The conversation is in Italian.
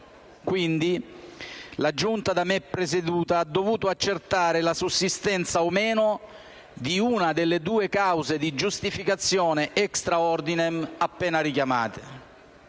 Quindi, la Giunta da me presieduta ha dovuto accertare la sussistenza o meno di una delle due cause di giustificazione *extra ordinem* appena richiamate.